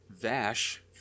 Vash